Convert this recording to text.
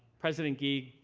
president gee,